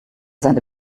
seine